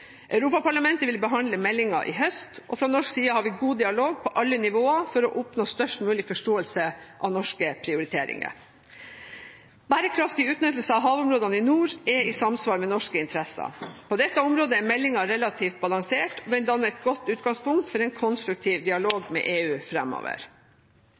Europaparlamentet vil behandle meldingen i høst. Fra norsk side har vi god dialog på alle nivåer for å oppnå størst mulig forståelse av norske prioriteringer. Bærekraftig utnyttelse av havområdene i nord er i samsvar med norske interesser. På dette området er meldingen relativt balansert, og den danner et godt utgangspunkt for en konstruktiv